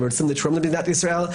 הם רוצים לתרום למדינת ישראל,